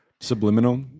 subliminal